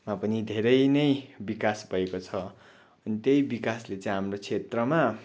मा पनि धेरै नै विकास भएको छ अनि त्यही विकासले चैँ हाम्रो क्षेत्रमा